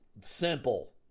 simple